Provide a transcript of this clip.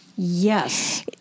Yes